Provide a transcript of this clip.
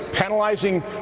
penalizing